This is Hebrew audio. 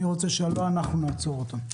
אני רוצה שלא אנחנו נעצור אותו.